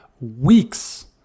weeks